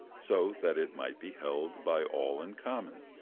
so that it might be held by all in common.